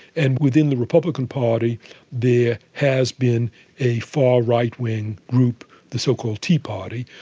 and within the republican party there has been a far right-wing group, the so-called tea party.